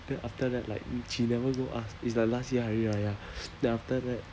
then after that like she never go ask it's the last year hari raya then after that